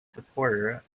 supporter